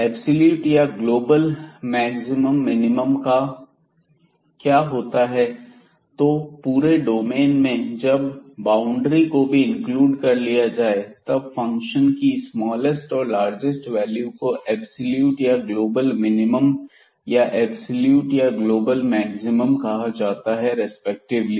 absolute या global maximum minimum क्या होता है तो पूरे डोमेन में जब बाउंड्री को भी इंक्लूड कर लिया जाए तब फंक्शन की स्मालेस्ट और लार्जेस्ट वैल्यू को एब्सलूट या ग्लोबल मिनिमम या एब्सलूट या ग्लोबल मैक्सिमम कहा जाता है रेस्पेक्टिवली